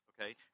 okay